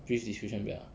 brief description 不要 ah